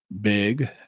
big